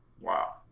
Wow